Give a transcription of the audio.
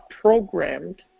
programmed